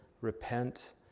repent